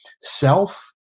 self